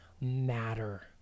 matter